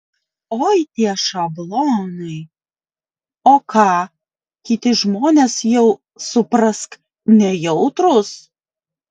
oi tie šablonai o ką kiti žmonės jau suprask nejautrūs